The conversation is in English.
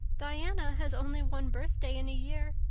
diana has only one birthday in a year.